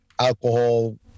alcohol